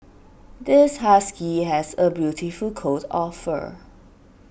this husky has a beautiful coat of fur